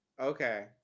Okay